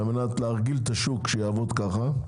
על מנת להרגיל את השוק שיעבוד ככה.